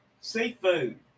Seafood